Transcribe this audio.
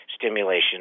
stimulation